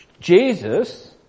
Jesus